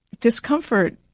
discomfort